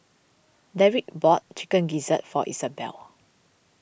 Derik bought Chicken Gizzard for Isabell